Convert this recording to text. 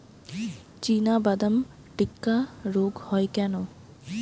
চিনাবাদাম টিক্কা রোগ হয় কেন?